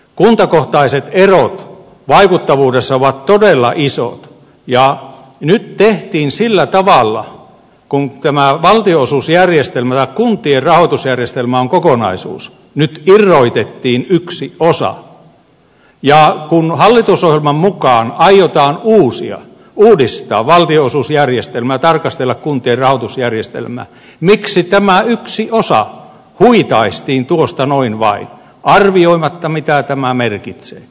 kuntakohtaiset erot vaikuttavuudessa ovat todella isot ja nyt tehtiin sillä tavalla kun tämä valtionosuusjärjestelmä tai kuntien rahoitusjärjestelmä on kokonaisuus että irrotettiin yksi osa ja kun hallitusohjelman mukaan aiotaan uudistaa valtionosuusjärjestelmä ja tarkastella kuntien rahoitusjärjestelmää miksi tämä yksi osa huitaistiin tuosta noin vain arvioimatta mitä tämä merkitsee